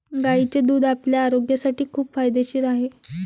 गायीचे दूध आपल्या आरोग्यासाठी खूप फायदेशीर आहे